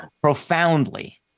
Profoundly